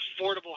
affordable